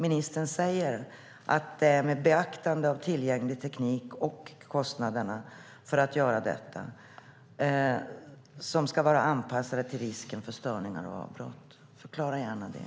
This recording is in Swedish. Ministern säger att man med beaktande av tillgänglig teknik och kostnaderna för detta ska anpassa det hela till risken för störningar och avbrott. Förklara gärna det!